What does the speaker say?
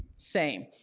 same.